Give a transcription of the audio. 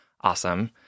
awesome